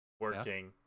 working